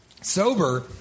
sober